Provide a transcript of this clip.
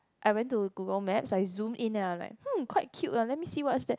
I went to google map I zoom in then I am like quite cute let me see what is that